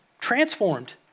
transformed